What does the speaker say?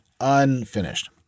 unfinished